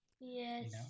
yes